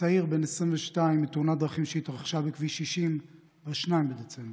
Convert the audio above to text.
צעיר בן 22 מתאונת דרכים שהתרחשה בכביש 60 ב-2 בדצמבר.